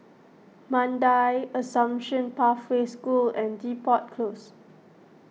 Mandai Assumption Pathway School and Depot Close